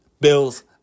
Bills